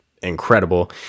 incredible